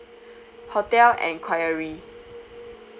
hotel enquiry